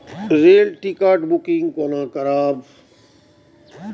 Rail ticket booking कोना करब?